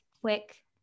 quick